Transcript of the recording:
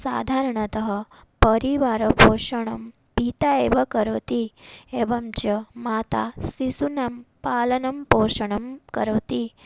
साधारणतः परिवारपोषणं पिता एव करोति एवं च माता शिशूनां पालनपोषणं करोति